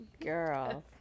Girl